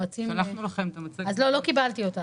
לא קיבלתי את המצגת.